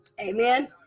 Amen